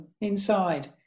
inside